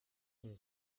sont